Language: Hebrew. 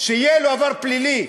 שיהיה לו עבר פלילי.